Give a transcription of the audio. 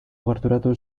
gerturatu